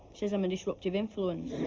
says i'm a disruptive influence.